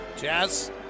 Jazz